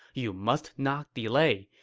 you must not delay.